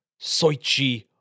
Soichi